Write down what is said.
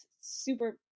super